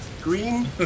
green